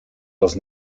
los